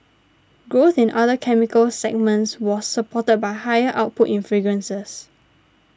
growth in other chemicals segment was supported by higher output in fragrances